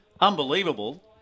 unbelievable